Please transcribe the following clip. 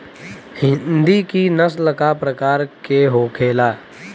हिंदी की नस्ल का प्रकार के होखे ला?